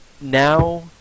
Now